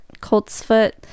Coltsfoot